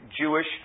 Jewish